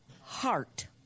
heart